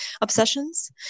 obsessions